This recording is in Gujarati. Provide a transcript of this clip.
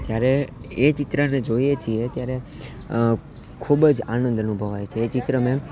જ્યારે એ ચિત્રને જોઈએ છીએ ત્યારે ખૂબ જ આનંદ અનુભવાય છે એ ચિત્ર મેં